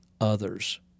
others